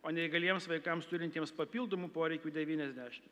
o neįgaliems vaikams turintiems papildomų poreikių devyniasdešim